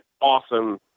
awesome